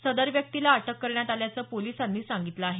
सदर व्यक्तीला अटक करण्यात आल्याचं पोलिसांनी सांगितलं आहे